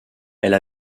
elle